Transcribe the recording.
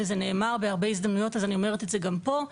וזה נאמר בהרבה הזדמנויות אז אני אומרת את זה גם פה,